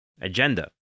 agenda